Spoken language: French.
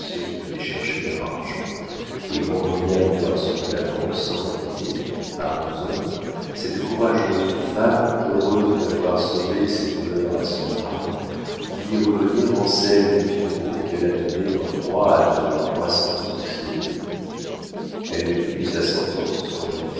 ceux qui venaient chercher leur argent et renvoya le garçon de la banque sans le payer à onze heures cette courageuse femme heureuse d'avoir sauvé ces douleurs à son mari vit revenir anselme et pillerault qu'elle attendait en proie à de croissantes anxiétés elle lut sa sentence sur leurs